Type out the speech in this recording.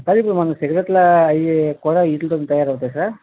sir ఇప్పుడు మనము cigarette లు అవి కూడా వీట్లతోనే తయారు అవుతాయా సార్